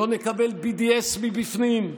לא נקבל BDS מבפנים,